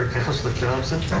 councilor thomson?